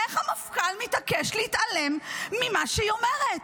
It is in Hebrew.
איך המפכ"ל מתעקש להתעלם ממה שהיא אומרת,